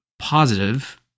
Positive